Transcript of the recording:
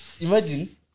imagine